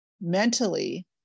mentally